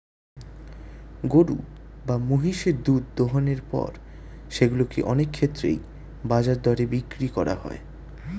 গরু বা মহিষের দুধ দোহনের পর সেগুলো কে অনেক ক্ষেত্রেই বাজার দরে বিক্রি করা হয়